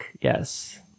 Yes